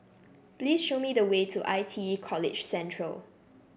please show me the way to I T E College Central